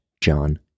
John